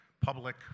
public